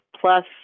plus